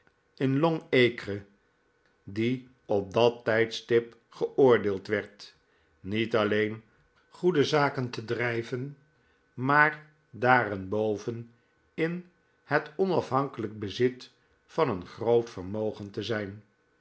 in long-acre die op dat tijdstip geoordeeld v erd niet alleen goede zaken te drijven maar daarenboven in het onafhankelijk bezit van een groot vermogen te zijn